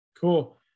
Cool